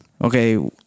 okay